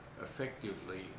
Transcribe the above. effectively